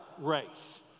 race